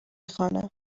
خوانم